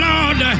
Lord